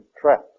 trap